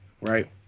right